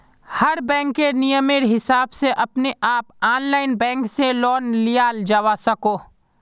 हर बैंकेर नियमेर हिसाब से अपने आप ऑनलाइन बैंक से लोन लियाल जावा सकोह